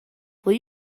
will